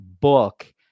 BOOK